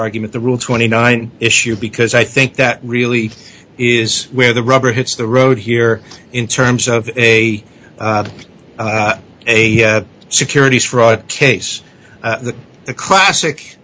argument the rule twenty nine issue because i think that really is where the rubber hits the road here in terms of a securities fraud case that the classic